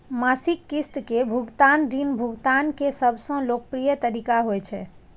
मासिक किस्त के भुगतान ऋण भुगतान के सबसं लोकप्रिय तरीका होइ छै